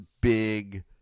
big